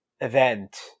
event